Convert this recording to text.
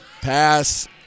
pass